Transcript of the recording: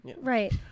right